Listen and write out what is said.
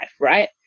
Right